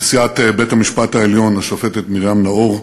נשיאת בית-המשפט העליון השופטת מרים נאור,